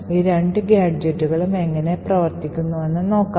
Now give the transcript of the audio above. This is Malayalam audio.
ഈ രണ്ട് ഗാഡ്ജെറ്റുകളും എങ്ങനെ പ്രവർത്തിക്കുന്നുവെന്ന് നോക്കാം